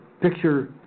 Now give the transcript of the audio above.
picture